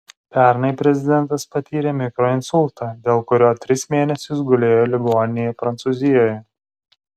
pernai prezidentas patyrė mikroinsultą dėl kurio tris mėnesius gulėjo ligoninėje prancūzijoje